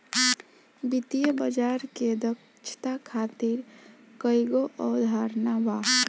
वित्तीय बाजार के दक्षता खातिर कईगो अवधारणा बा